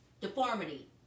deformity